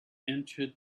into